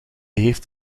heeft